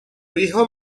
hijo